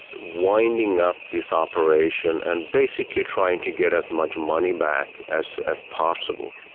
winding up this operation and basically trying to get as much money back as as possible.